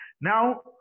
Now